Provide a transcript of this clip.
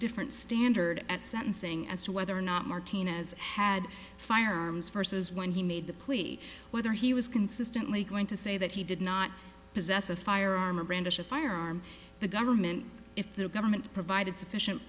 different standard at sentencing as to whether or not martinez had firearms forces when he made the plea whether he was consistently going to say that he did not possess a firearm or brandish a firearm the government if the government provided sufficient